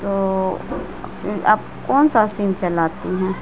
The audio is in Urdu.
تو آپ کون سا سم چلاتی ہیں